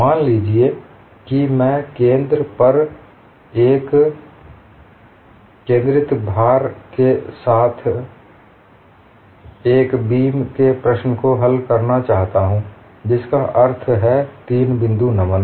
मान लीजिए कि मैं केंद्र पर एक केंद्रित भार के साथ एक बीम के प्रश्न को हल करना चाहता हूं जिसका अर्थ है 3 बिंदु नमन